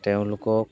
তেওঁলোকক